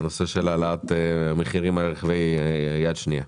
של העלאת מחירים על רכבי יד שנייה.